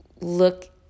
look